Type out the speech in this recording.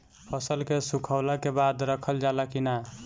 फसल के सुखावला के बाद रखल जाला कि न?